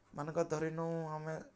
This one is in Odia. ମନେକର ଧରିନେଉଁ ଆମେ